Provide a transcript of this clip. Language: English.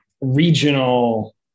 regional